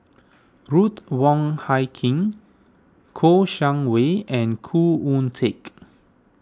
Ruth Wong Hie King Kouo Shang Wei and Khoo Oon Teik